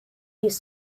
use